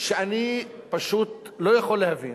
שאני פשוט לא יכול להבין.